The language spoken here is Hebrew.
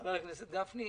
חבר הכנסת גפני,